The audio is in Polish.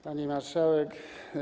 Pani Marszałek!